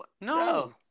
No